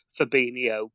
Fabinho